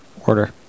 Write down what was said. order